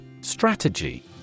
Strategy